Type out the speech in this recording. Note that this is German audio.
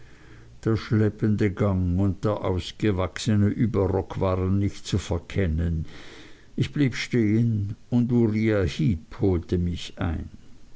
der schleppende gang und der ausgewachsene überrock waren nicht zu verkennen ich blieb stehen und uriah heep holte mich ein